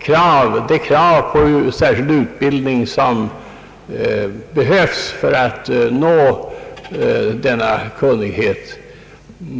Kravet på särskild utbildning för att nå denna kunnighet